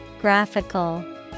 Graphical